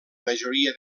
majoria